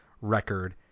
record